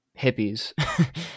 hippies